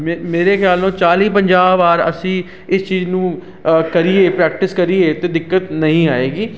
ਮੇਰੇ ਖਿਆਲ ਨੂੰ ਚਾਲ੍ਹੀ ਪੰਜਾਹ ਵਾਰ ਅਸੀਂ ਇਸ ਚੀਜ਼ ਨੂੰ ਕਰੀਏ ਪ੍ਰੈਕਟਿਸ ਕਰੀਏ ਤਾਂ ਦਿੱਕਤ ਨਹੀਂ ਆਵੇਗੀ